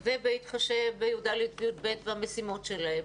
ובהתחשב בכיתות י"א-י"ב והמשימות שלהם,